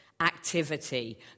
activity